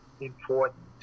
important